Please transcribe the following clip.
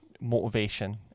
motivation